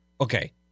okay